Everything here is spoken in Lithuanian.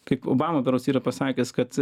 kaip obama berods yra pasakęs kad